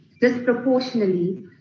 disproportionately